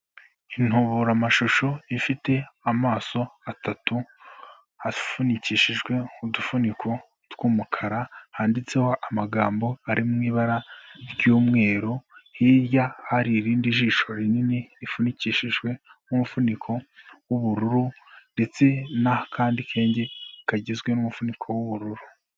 Intuburamashusho ifite amaso atatu, afunikishijwe udufuniko tw'umukara, handitseho amagambo ari mu ibara ry'umweru, hirya hari irindi jisho rinini rifunikishijwe n'umufuniko w'ubururu, ndetse n'akandi kenge kagizwe n'umufuniko w'ubururu.